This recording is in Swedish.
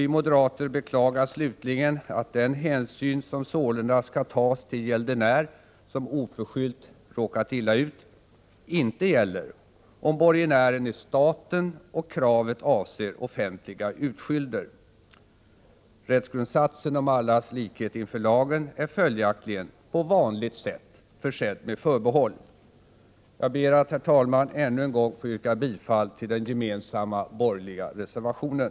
Vi moderater beklagar slutligen att den hänsyn som 22 maj 1987 sålunda skall tagas till gäldenär som oförskyllt råkat illa ut inte gäller om borgenären är staten och kravet avser offentliga utskylder. Rättsgrundsatsen om allas likhet inför lagen är följaktligen på vanligt sätt försedd med förbehåll. Jag ber att, herr talman, ännu en gång få yrka bifall till den gemensamma borgerliga reservationen.